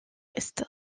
ouest